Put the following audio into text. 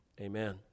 Amen